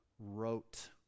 Wrote